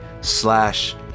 slash